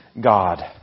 God